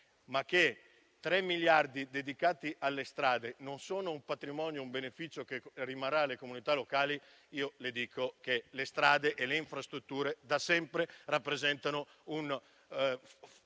- che 3 miliardi dedicati alle strade non sono un beneficio che rimarrà alle comunità locali, le dico che le strade e le infrastrutture da sempre rappresentano uno